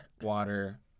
water